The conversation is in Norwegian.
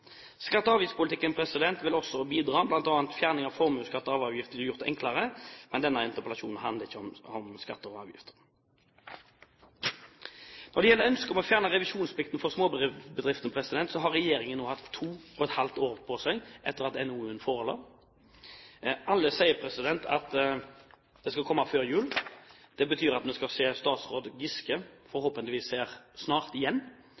Skatte- og avgiftspolitikken ville også ha bidratt. Fjerning av bl.a. formuesskatt og arveavgift ville ha gjort det enklere, men denne interpellasjonen handler ikke om skatter og avgifter. Når det gjelder ønsket om å fjerne revisjonsplikten for småbedrifter, har regjeringen nå hatt 2½ år på seg etter at NOU-en forelå. Alle sier at det skal komme før jul. Det betyr at vi forhåpentligvis skal se statsråd Giske her snart igjen.